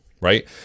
right